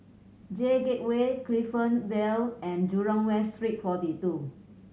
J Gateway Clifton Vale and Jurong West Street Forty Two